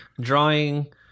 drawing